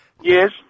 Yes